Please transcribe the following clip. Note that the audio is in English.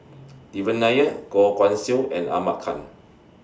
Devan Nair Goh Guan Siew and Ahmad Khan